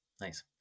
Nice